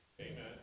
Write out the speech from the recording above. Amen